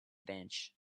beach